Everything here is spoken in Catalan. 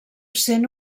sent